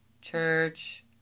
Church